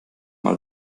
mal